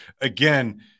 Again